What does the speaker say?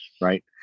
Right